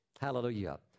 Hallelujah